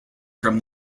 from